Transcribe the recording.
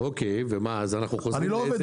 ומה אז אנחנו חוזרים?